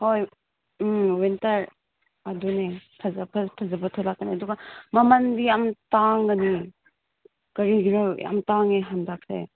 ꯍꯣꯏ ꯎꯝ ꯋꯤꯟꯇꯔ ꯑꯗꯨꯅꯦ ꯐꯖ ꯐꯖꯕ ꯊꯣꯛꯂꯛꯀꯅꯤ ꯑꯗꯨꯒ ꯃꯃꯟꯕꯨ ꯌꯥꯝ ꯇꯥꯡꯕꯅꯦ ꯀꯔꯤꯒꯤꯔꯥ ꯌꯥꯝ ꯇꯥꯡꯉꯦ ꯍꯟꯗꯛꯁꯦ